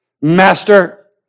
Master